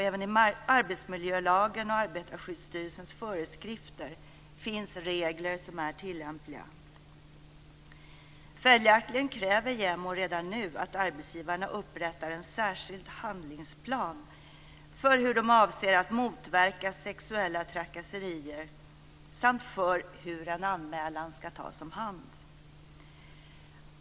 Även i arbetsmiljölagen och Arbetarskyddsstyrelsens föreskrifter finns regler som är tillämpliga. Följaktligen kräver JämO redan nu att arbetsgivarna upprättar en särskild handlingsplan för hur de avser att motverka sexuella trakasserier samt för hur en anmälan skall tas om hand.